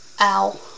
Ow